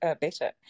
better